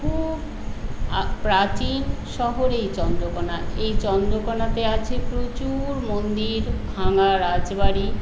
খুব প্রাচীন শহর এই চন্দ্রকোনা এই চন্দ্রকোনাতে আছে প্রচুর মন্দির ভাঙ্গা রাজবাড়ি